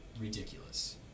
ridiculous